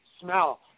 smell